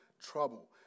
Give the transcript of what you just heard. trouble